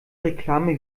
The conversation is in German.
reklame